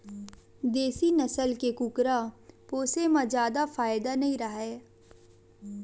देसी नसल के कुकरा पोसे म जादा फायदा नइ राहय